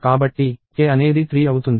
కాబట్టి k అనేది 3 అవుతుంది